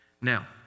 Now